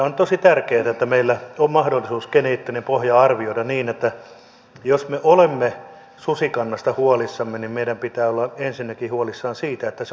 on tosi tärkeätä että meillä on mahdollisuus geneettinen pohja arvioida niin että jos me olemme susikannasta huolissamme niin meidän pitää olla ensinnäkin huolissamme siitä että se on susikanta